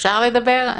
אפשר לדבר?